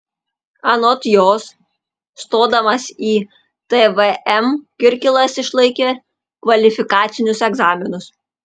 anot jos stodamas į tvm kirkilas išlaikė kvalifikacinius egzaminus